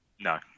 No